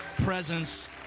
presence